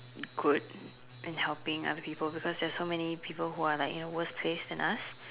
good and helping other people because they're so many people who're like in a worse case than us